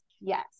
yes